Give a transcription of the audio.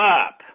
up